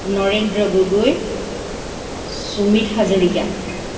Narendra Gogoi Sumit Hazarika